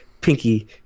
pinky